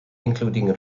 including